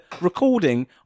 recording